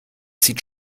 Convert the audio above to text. sieht